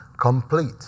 Complete